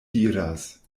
diras